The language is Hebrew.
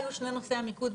מזהמות,